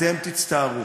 אתם תצטערו.